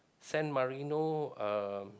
San-Marino uh